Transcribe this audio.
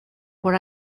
por